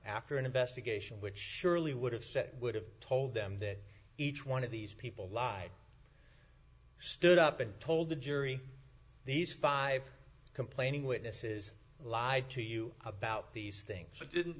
after an investigation which surely would have said would have told them that each one of these people lie stood up and told the jury these five complaining witnesses lied to you about these things or didn't